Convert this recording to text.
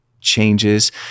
changes